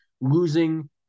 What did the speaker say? losing